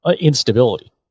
instability